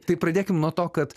tai pradėkim nuo to kad